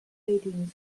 ratings